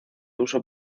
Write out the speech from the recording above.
uso